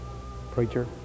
preacher